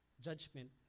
Judgment